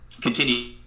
continue